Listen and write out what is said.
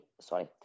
sorry